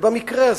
במקרה הזה,